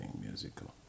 musical